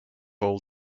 all